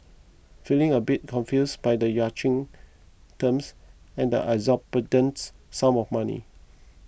feeling a bit confused by the yachting terms and exorbitant sums of money